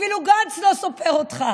אפילו גנץ לא סופר אותך,